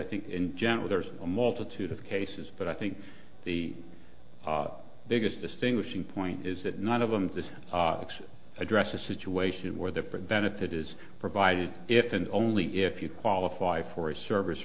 i think in general there's a multitude of cases but i think the biggest distinguishing point is that none of them this address a situation where they prevent if it is provided if and only if you qualify for a service